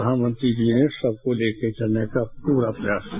प्रधानमंत्री जी ने सबको लेकर चलने का पूरा प्रयास किया